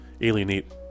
alienate